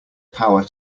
power